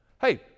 Hey